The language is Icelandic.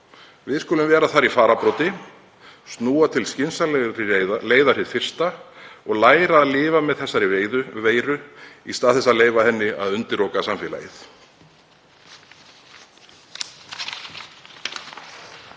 Við skulum vera þar í fararbroddi, snúa til skynsamlegri leiðar hið fyrsta og læra að lifa með þessari veiru í stað þess að leyfa henni að undiroka samfélagið.